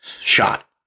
shot